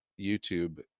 YouTube